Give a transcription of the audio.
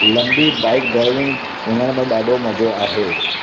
लंबी bike driving वञण में ॾाढो मज़ो आहे